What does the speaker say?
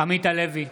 עמית הלוי,